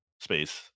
space